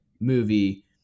movie